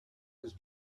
his